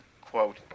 quote